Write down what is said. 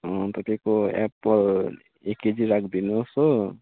तपाईँको एप्पल एक केजी राखिदिनुहोस् हो